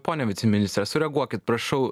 pone viceministre sureaguokite prašau